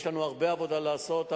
כי יש לנו הרבה עבודה לעשות,